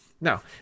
Now